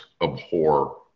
abhor